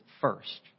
first